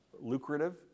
lucrative